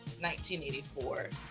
1984